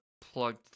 plugged